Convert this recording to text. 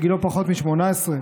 שגילו פחות מ-18,